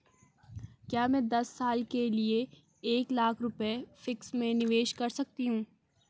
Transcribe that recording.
क्या मैं दस साल के लिए एक लाख रुपये फिक्स में निवेश कर सकती हूँ?